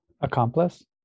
Accomplice